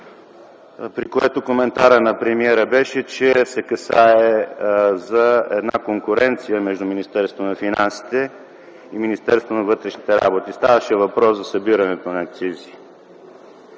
при което коментара на премиера беше, че се касае за една конкуренция между Министерството на финансите и Министерството на вътрешните работи. Ставаше въпрос за събирането на акцизи.